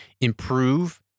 improve